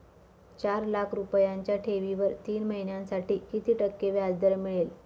चार लाख रुपयांच्या ठेवीवर तीन महिन्यांसाठी किती टक्के व्याजदर मिळेल?